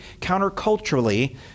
counterculturally